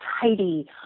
tidy